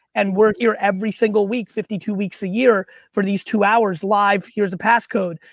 and we're here every single week, fifty two weeks a year, for these two hours live, here's the passcode.